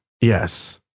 Yes